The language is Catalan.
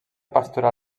pasturar